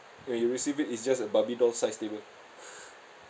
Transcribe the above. when you receive it is just a barbie doll size table